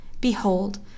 Behold